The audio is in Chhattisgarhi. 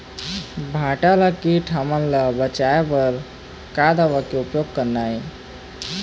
भांटा ला कीट हमन ले बचाए बर का दवा के उपयोग करना ये?